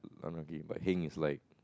unlucky but heng is like